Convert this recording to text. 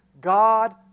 God